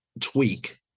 tweak